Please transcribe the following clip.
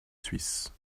suisse